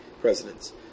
presidents